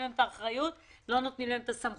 להם את האחריות ולא נותנים להם את הסמכות.